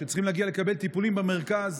שצריכים להגיע לקבל טיפולים במרכז,